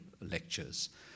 lectures